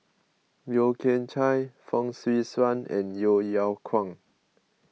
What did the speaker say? Yeo Kian Chye Fong Swee Suan and Yeo Yeow Kwang